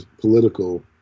political